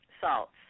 salts